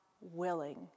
willing